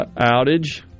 outage